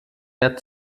der